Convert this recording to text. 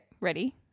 Ready